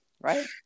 right